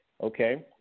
Okay